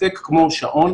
תקתק כמו שעון,